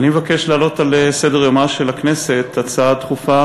אני מבקש להעלות על סדר-יומה של הכנסת הצעה דחופה